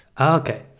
Okay